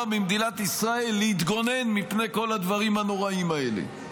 ממדינת ישראל להתגונן מפני כל הדברים הנוראים האלה.